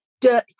dirt